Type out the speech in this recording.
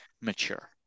mature